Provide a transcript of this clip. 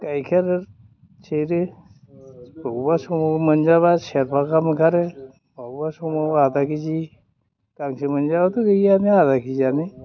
गाइखेर सेरो अबावबा समाव मोनजाब्ला सेरबा गाहाम ओंखारो बबावबा समाव आदाकेजि गांसो मोनजायाब्लाथ' ओइनो आरो आदाकेजि